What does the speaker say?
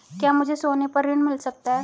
क्या मुझे सोने पर ऋण मिल सकता है?